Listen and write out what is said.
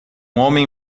homem